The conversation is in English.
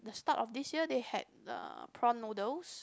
the start of this year they had uh prawn noodles